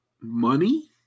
money